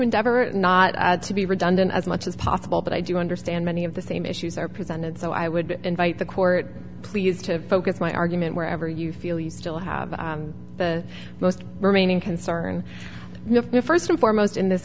endeavor not to be redundant as much as possible but i do understand many of the same issues are presented so i would invite the court please to focus my argument wherever you feel you still have the most remaining concern first and foremost in this